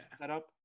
setup